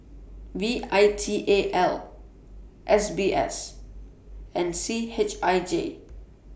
V I T A L S B S and C H I J